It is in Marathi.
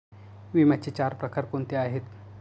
विम्याचे चार प्रकार कोणते आहेत?